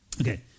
Okay